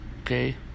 Okay